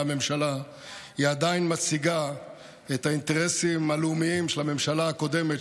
הממשלה היא עדיין מציגה את האינטרסים הלאומיים של הממשלה הקודמת,